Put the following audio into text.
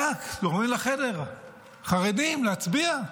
זורמים לחדר חרדים להצביע.